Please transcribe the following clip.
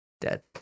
dead